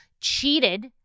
cheated